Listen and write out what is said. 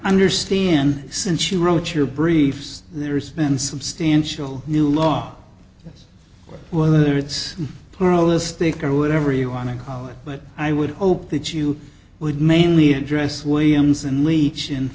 understand since you wrote your briefs there's been substantial new law whether it's pluralistic or whatever you want to call it but i would hope that you would mainly address williams and leach and